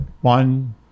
One